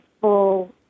full